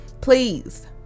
please